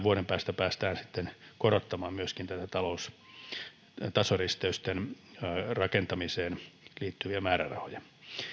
vuoden päästä päästään sitten korottamaan myöskin näitä tasoristeysten rakentamiseen liittyviä määrärahoja